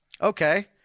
Okay